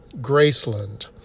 Graceland